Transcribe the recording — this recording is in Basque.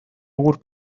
egur